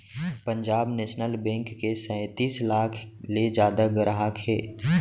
Punjab National Bank के सैतीस लाख ले जादा गराहक हे